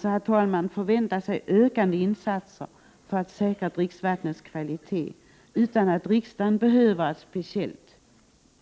Vi kan alltså förvänta oss ökande insatser för att säkra dricksvattnets kvalitet, utan att riksdagen behöver speciellt